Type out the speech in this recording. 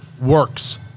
works